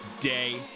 day